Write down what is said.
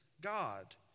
God